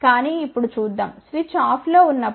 కానీ ఇప్పుడు చూద్దాం స్విచ్ ఆఫ్లో ఉన్నప్పుడు